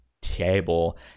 table